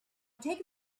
take